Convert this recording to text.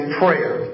prayer